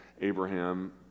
Abraham